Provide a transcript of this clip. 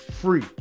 free